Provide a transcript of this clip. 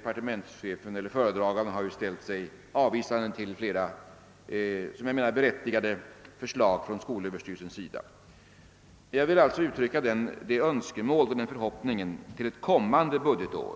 Föredragande statsrådet har ställt sig avvisande till flera enligt min mening berättigade förslag från Jag vill alltså uttrycka det önskemålet och den förhoppningen att man till ett kommande budgetår